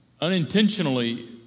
unintentionally